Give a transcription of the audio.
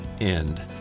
end